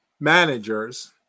managers